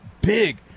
big